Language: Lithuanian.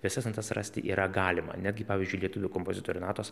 visas natas rasti yra galima netgi pavyzdžiui lietuvių kompozitorių natos